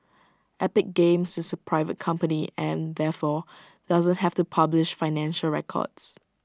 epic games is A private company and therefore doesn't have to publish financial records